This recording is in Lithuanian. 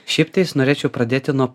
šiaiptais norėčiau pradėti nuo